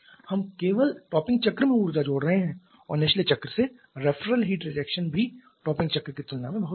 हम केवल टॉपिंग चक्र में ऊर्जा जोड़ रहे हैं और निचले चक्र से रेफरल हीट रिजेक्शन भी टॉपिंग चक्र की तुलना में बहुत कम है